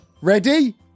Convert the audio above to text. Ready